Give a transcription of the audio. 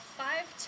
five